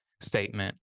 statement